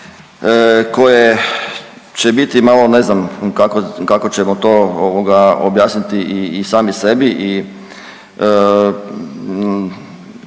koje će biti malo ne znam kako ćemo to objasniti i sami sebi i